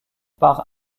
par